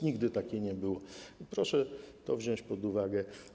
Nigdy takiej nie było i proszę to wziąć pod uwagę.